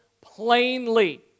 plainly